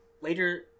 Later